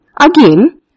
Again